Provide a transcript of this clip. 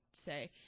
say